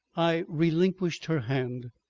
i relinquished her hand.